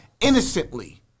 innocently